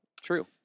True